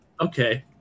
Okay